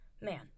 man